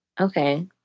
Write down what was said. Okay